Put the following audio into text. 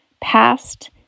past